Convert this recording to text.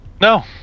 No